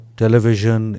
television